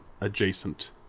adjacent